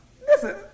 Listen